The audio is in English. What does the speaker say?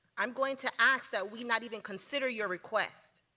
i'm going to ask that we not even consider your request.